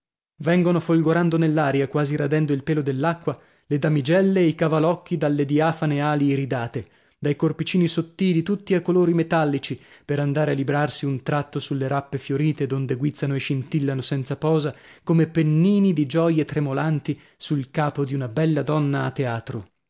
vengono folgorando nell'aria quasi radendo il pelo dell'acqua le damigelle e i cavalocchi dalle diafane ali iridate dai corpicini sottili tutti a colori metallici per andare a librarsi un tratto sulle rappe fiorite donde guizzano e scintillano senza posa come pennini di gioie tremolanti sul capo di una bella donna a teatro